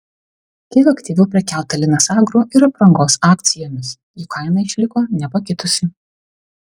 kiek aktyviau prekiauta linas agro ir aprangos akcijomis jų kaina išliko nepakitusi